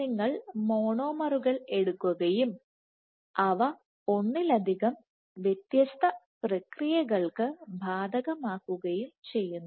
നിങ്ങൾ മോണോമറുകൾ എടുക്കുകയും അവ ഒന്നിലധികം വ്യത്യസ്ത പ്രക്രിയകൾക്ക് ബാധകമാക്കുകയും ചെയ്യുന്നു